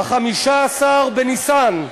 ב-15 בניסן.